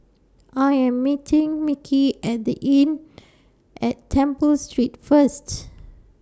I Am meeting Micky At The Inn At Temple Street First